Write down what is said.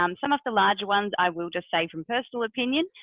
um some of the large ones i will just say, from personal opinion,